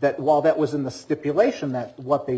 that while that was in the stipulation that what they